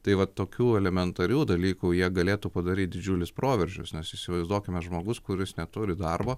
tai va tokių elementarių dalykų jie galėtų padaryti didžiulius proveržius nors įsivaizduokime žmogus kuris neturi darbo